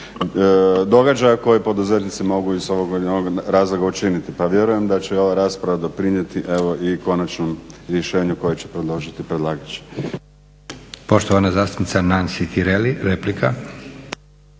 događaja koje poduzetnici mogu iz ovog ili onog razloga učiniti. Pa vjerujem da će ova rasprava doprinijeti i konačnom rješenju koje će predložiti predlagač.